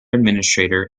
administrator